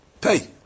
pay